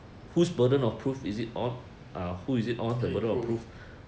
可以 proof